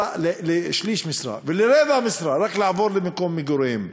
לשליש משרה ולרבע משרה רק כדי לעבור למקום מגוריהם.